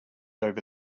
over